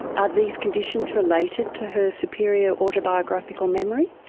are these conditions related to her superior autobiographical memory?